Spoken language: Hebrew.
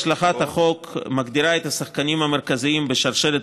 הצעת החוק מגדירה את השחקנים המרכזיים בשרשרת